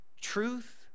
truth